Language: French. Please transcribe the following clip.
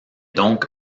donc